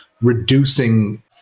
reducing